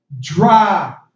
dry